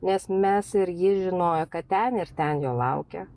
nes mes ir jis žinojo kad ten ir ten jo laukia